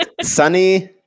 sunny